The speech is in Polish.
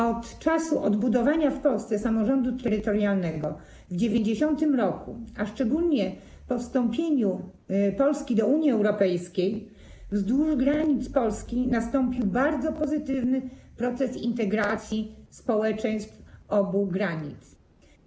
Od czasu odbudowania w Polsce samorządu terytorialnego w 1990 r., a szczególnie po wstąpieniu Polski do Unii Europejskiej wzdłuż granic Polski nastąpił bardzo pozytywny proces integracji społeczeństw po obu stronach granicy.